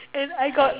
and I got